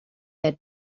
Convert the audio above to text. their